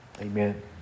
Amen